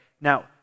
Now